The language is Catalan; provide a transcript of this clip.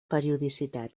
periodicitat